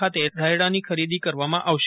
ખાતે રાયડાની ખરીદી કરવામાં આવશે